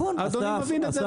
אדוני מבין את זה.